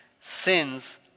sins